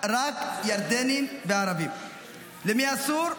למי אסור?